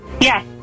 Yes